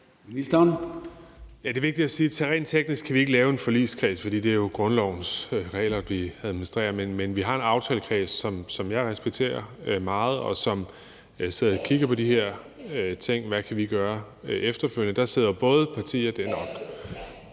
Det er vigtigt at sige, at rent teknisk kan vi ikke lave en forligskreds, fordi det jo er grundlovens regler, vi administrerer. Men vi har en aftalekreds, som jeg respekterer meget, og som sidder og kigger på de her ting og på, hvad vi kan gøre efterfølgende. Og der sidder både partier – og det er nok